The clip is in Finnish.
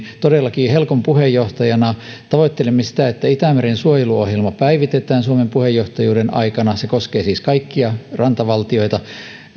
todellakin helcomin puheenjohtajana tavoittelemme sitä että itämeren suojeluohjelma päivitetään suomen puheenjohtajuuden aikana se koskee siis kaikkia rantavaltioita